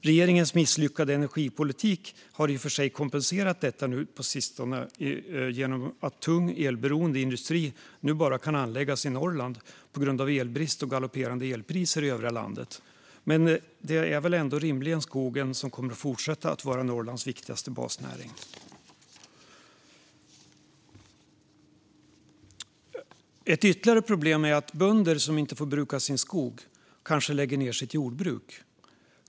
Regeringens misslyckade energipolitik har i och för sig kompenserat detta på sistone genom att tung och elberoende industri nu bara kan anläggas i Norrland på grund av elbrist och galopperande elpriser i övriga landet. Men det är väl ändå rimligen skogen som kommer att fortsätta att vara Norrlands viktigaste basnäring. Ett ytterligare problem är att bönder som inte får bruka sin skog kanske lägger ned sitt jordbruk.